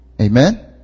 Amen